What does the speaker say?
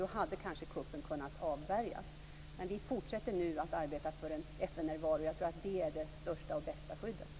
Då hade kanske kuppen kunna avvärjas. Men vi fortsätter nu att arbeta för en FN-närvaro. Det tror jag är det största och bästa skyddet.